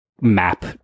map